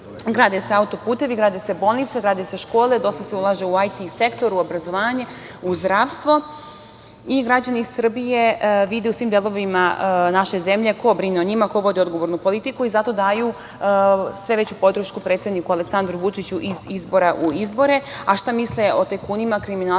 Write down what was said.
Grade se auto-putevi, grade se bolnice, grade se škole, dosta se ulaže u IT sektor, u obrazovanje, u zdravstvo. Građani Srbije vide u svim delovima naše zemlje ko brine o njima, ko vodi odgovornu politiku i zato daju sve veću podršku predsedniku Aleksandru Vučiću iz izbora u izbore, a šta misle u tajkunima, kriminalcima,